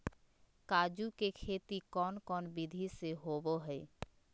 काजू के खेती कौन कौन विधि से होबो हय?